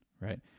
right